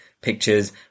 pictures